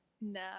No